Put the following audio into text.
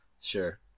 Sure